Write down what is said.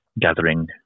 gathering